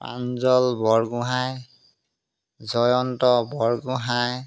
Pranjal Borgohain Jayanta Borgohain